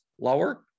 lower